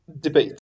Debate